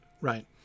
right